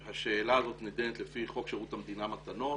שהשאלה הזאת נידונה לפי חוק שירות המדינה (מתנות)